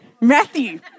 Matthew